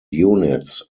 units